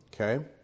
Okay